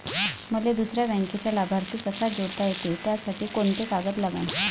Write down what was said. मले दुसऱ्या बँकेचा लाभार्थी कसा जोडता येते, त्यासाठी कोंते कागद लागन?